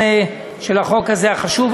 אני רוצה להודות לחברים שהיו שותפים להצעת החוק.